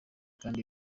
kandi